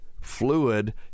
fluid